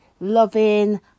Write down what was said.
loving